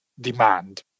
demand